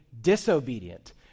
disobedient